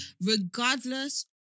Regardless